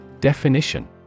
Definition